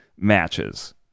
matches